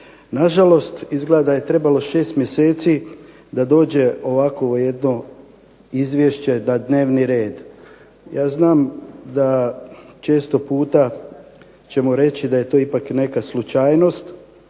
Nažalost, izgleda da je trebalo 6 mjeseci da dođe ovakvo jedno izvješće na dnevni red. Ja znam da često puta ćemo reći da je to ipak i neka slučajnost,